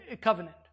covenant